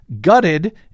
gutted